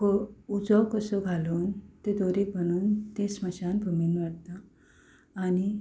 क उजो कसो घालून ते दोरयेक बादूंन ते स्मशान भुमीन व्हरता आनी